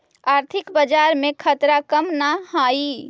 आर्थिक बाजार में खतरा कम न हाई